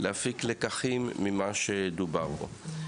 להפיק לקחים ממה שדובר עליו פה.